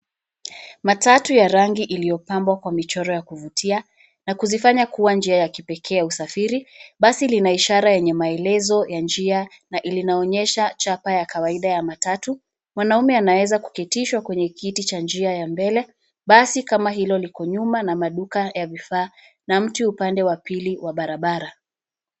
Matatu ya rangi iliyopambwa kwa michoro ya kuvutia na kuzifanya kuwa njia ya kipekee ya usafiri. Basi lina ishara yenye maelezo ya njia na linaonyesha chapa ya kawaida ya matatu. Mwanaume anaweza kupitishwa kwenye kiti cha njia ya mbele. Basi kama hilo liko nyuma na maduka ya vifaa na mti upande wa pili wa barabara.